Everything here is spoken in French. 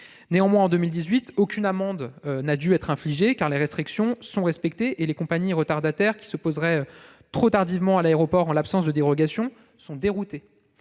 Néanmoins, en 2018, aucune amende n'a été infligée, car les restrictions sont respectées et les compagnies retardataires qui se poseraient trop tardivement à l'aéroport en l'absence de dérogation sont déroutées.